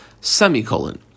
Semicolon